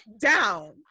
down